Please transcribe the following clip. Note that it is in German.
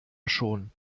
schon